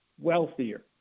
wealthier